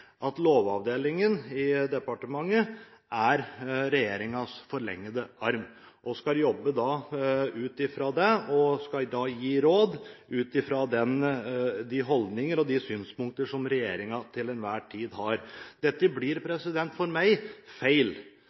at dette gjelder i tilknytning til proposisjoner som er under behandling, kommer det som jeg antydet i mitt første innlegg, tydelig fram: Lovavdelingen i departementet er regjeringens forlengede arm og skal jobbe etter det og gi råd ut fra de holdninger og synspunkter som regjeringen til enhver tid har. Dette blir